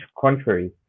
contrary